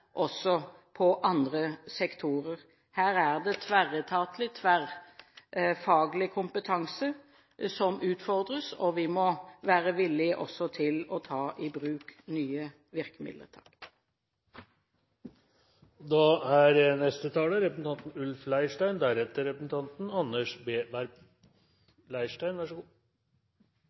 også på andre sektorer. Her er det tverretatlig og tverrfaglig kompetanse som utfordres, og vi må være villig også til å ta i bruk nye